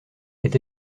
est